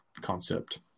concept